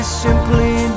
simply